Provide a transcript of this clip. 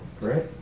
right